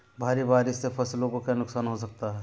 भारी बारिश से फसलों को क्या नुकसान हो सकता है?